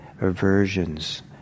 aversions